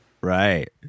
right